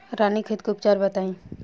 रानीखेत के उपचार बताई?